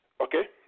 Okay